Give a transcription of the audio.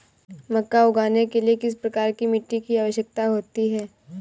मक्का उगाने के लिए किस प्रकार की मिट्टी की आवश्यकता होती है?